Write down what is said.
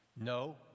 no